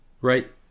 right